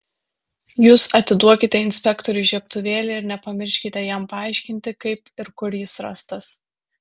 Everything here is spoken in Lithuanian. jūs atiduokite inspektoriui žiebtuvėlį ir nepamirškite jam paaiškinti kaip ir kur jis rastas